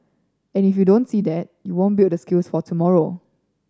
and if you don't see that you won't build the skills for tomorrow